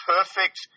Perfect